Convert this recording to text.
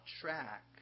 track